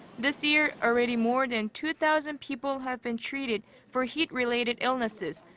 this year, already more than two thousand people have been treated for heat-related illnesses,